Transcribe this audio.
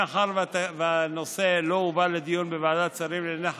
מאחר שהנושא לא הובא לדיון בוועדת השרים לענייני חקיקה,